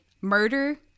murder